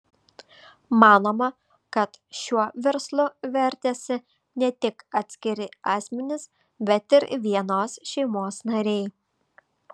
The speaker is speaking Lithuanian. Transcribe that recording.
manoma kad šiuo verslu vertėsi ne tik atskiri asmenys bet ir vienos šeimos nariai